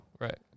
Right